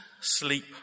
sleep